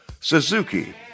Suzuki